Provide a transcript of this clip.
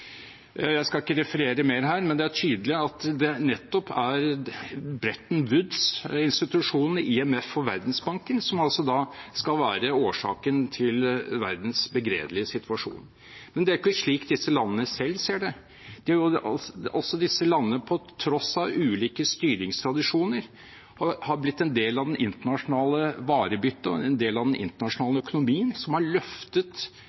Jeg skal ikke referere mer her, men det er tydelig at det nettopp er Bretton Woods-institusjonene, IMF og Verdensbanken, som da skal være årsaken til verdens begredelige situasjon. Men det er jo ikke slik disse landene selv ser det. Også disse landene, på tross av ulike styringstradisjoner, har blitt en del av det internasjonale varebyttet og en del av den internasjonale økonomien som har løftet